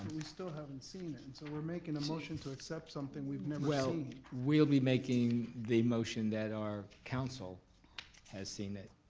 we still haven't seen it, and so we're making a motion to accept something we've never seen. well, we'll be making the motion that our counsel has seen it,